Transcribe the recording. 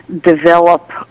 develop